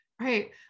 Right